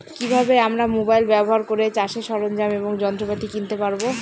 কি ভাবে আমরা মোবাইল ব্যাবহার করে চাষের সরঞ্জাম এবং যন্ত্রপাতি কিনতে পারবো?